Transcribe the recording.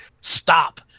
stop